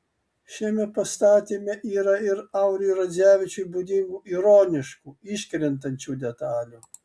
šiame pastatyme yra ir auriui radzevičiui būdingų ironiškų iškrentančių detalių